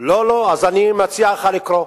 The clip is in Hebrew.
אבל אף אחד לא אמר להרוס את הגדר.